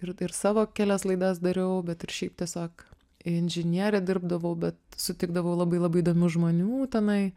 ir ir savo kelias laidas dariau bet ir šiaip tiesiog inžiniere dirbdavau bet sutikdavau labai labai įdomių žmonių tenai